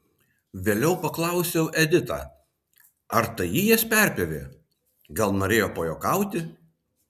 vėliau paklausiau editą ar tai ji jas perpjovė gal norėjo pajuokauti